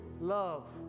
love